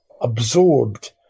absorbed